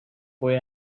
boy